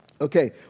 Okay